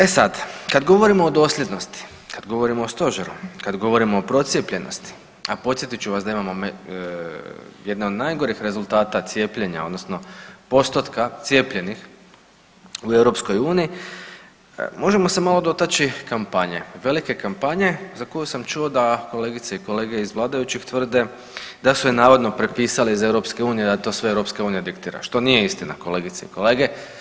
E sad, kad govorimo o dosljednosti, kad govorimo o stožeru, kad govorimo o procijepljenosti, a podsjetit ću vas da imamo jedne od najgorih rezultata cijepljenja odnosno postotka cijepljenih u EU, možemo se malo dotaći kampanje, velike kampanje za koju sam čuo da kolegice i kolege iz vladajućih tvrde da su je navodno prepisali iz EU, da to sve EU diktira, što nije istina kolegice i kolege.